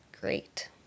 great